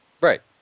Right